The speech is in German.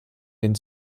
den